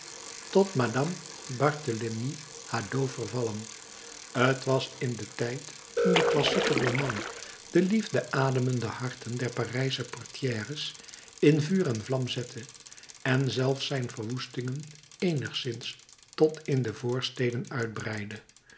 tot madame barthélemy hadot vervallen t was in den tijd toen die classieke roman de liefde ademende harten der parijsche portières in vuur en vlam zette en zelfs zijn verwoestingen eenigszins tot in de voorsteden uitbreidde